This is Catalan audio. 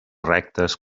rectes